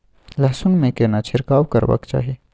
लहसुन में केना छिरकाव करबा के चाही?